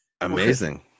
Amazing